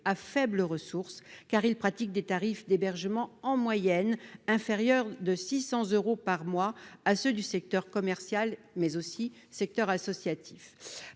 faibles ressources, car ils pratiquent des tarifs d'hébergement inférieurs, en moyenne, de 600 euros par mois à ceux du secteur commercial, mais aussi du secteur associatif.